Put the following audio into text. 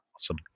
Awesome